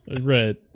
Right